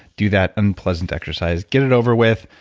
do that unpleasant exercise, get it over with,